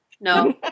no